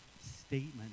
statement